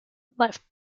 left